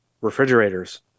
refrigerators